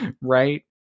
Right